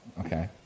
okay